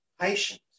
patient